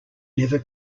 never